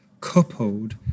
coupled